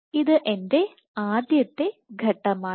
ഇത് എന്റെ ആദ്യത്തെ ഘട്ടമാണ്